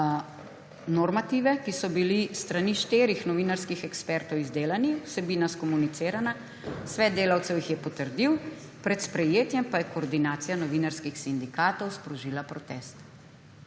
normative, ki so bili s strani štirih novinarskih ekspertov izdelani, vsebina skomunicirana, svet delavcev jih je potrdil, pred sprejetjem pa je Koordinacija novinarskih sindikatov sprožila protest.